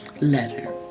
letter